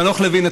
חנוך לוין.